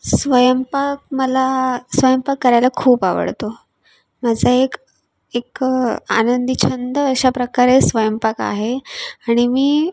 स्वयंपाक मला स्वयंपाक करायला खूप आवडतो माझा एक एक आनंदी छंद अशाप्रकारे स्वयंपाक आहे आणि मी